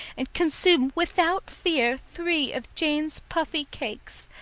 and consume without fear three of jane's puffy cakes,